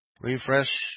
refresh